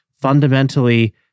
fundamentally